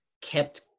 kept